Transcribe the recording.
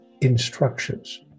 instructions